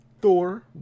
Thor